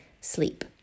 sleep